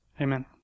Amen